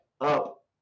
up